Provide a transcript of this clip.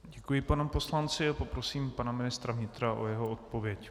Děkuji panu poslanci a poprosím pana ministra vnitra o jeho odpověď.